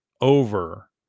over